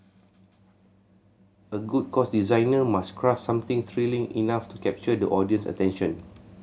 a good course designer must craft something thrilling enough to capture the audience's attention